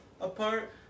apart